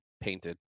painted